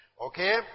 Okay